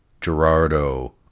Gerardo